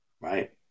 Right